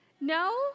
No